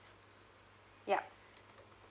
yup